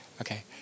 Okay